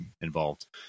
involved